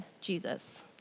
Jesus